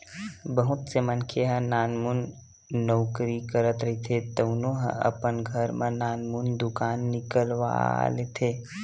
बहुत से मनखे ह नानमुन नउकरी करत रहिथे तउनो ह अपन घर म नानमुन दुकान निकलवा लेथे